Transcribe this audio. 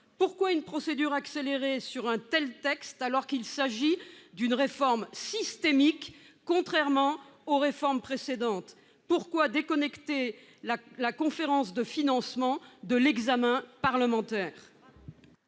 engager une procédure accélérée sur un tel texte, alors qu'il s'agit d'une réforme systémique, contrairement aux réformes précédentes ? Pourquoi déconnecter la conférence de financement de l'examen parlementaire ?